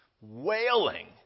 wailing